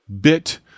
bit